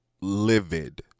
livid